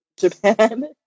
Japan